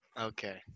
Okay